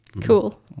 cool